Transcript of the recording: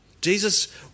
Jesus